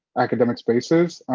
academic spaces,